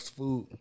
food